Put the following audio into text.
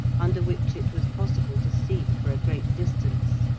under which it was possible to see for a great distance.